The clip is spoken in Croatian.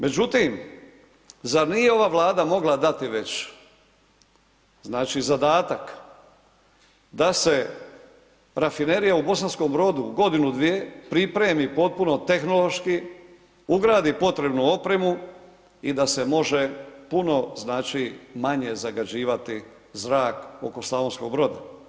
Međutim, zar nije ova vlada mogla dati već zadatak, da se rafinerija u Bosanskom Brodu, godinu, dvije, pripremi, potpuno tehnološki, ugradi potrebnu opremu i da se može puno znači, manje zagađivati zrak oko Slavonskog Broda.